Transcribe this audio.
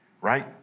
right